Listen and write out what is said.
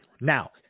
Now